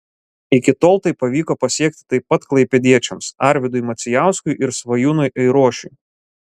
iki tol tai pavyko pasiekti taip pat klaipėdiečiams arvydui macijauskui ir svajūnui airošiui